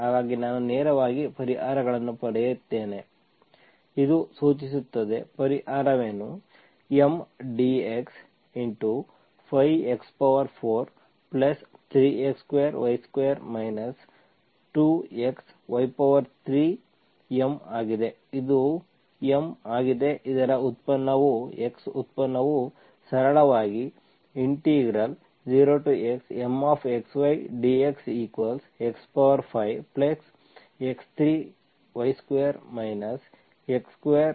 ಹಾಗಾಗಿ ನಾನು ನೇರವಾಗಿ ಪರಿಹಾರಗಳನ್ನು ಬರೆಯುತ್ತೇನೆ ಇದು ಸೂಚಿಸುತ್ತದೆ ಪರಿಹಾರವೇನು M dx 5 x43x2y2 2xy3 M ಆಗಿದೆ ಇದು M ಆಗಿದೆ ಇದರ x ಉತ್ಪನ್ನವು ಸರಳವಾಗಿ0xMxy dx x5x3y2 x2y3 ಆಗಿದೆ